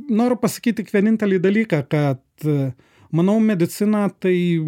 noriu pasakyti tik vienintelį dalyką kad manau medicina tai